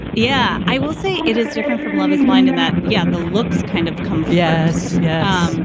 yeah i will say it is different from love is blind in that. yeah. the looks kind of come. yes. yeah um